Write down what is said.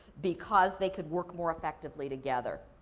because, they could work more effectively together.